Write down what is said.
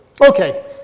Okay